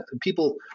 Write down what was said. people